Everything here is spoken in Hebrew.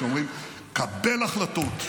אומרים: קבל החלטות.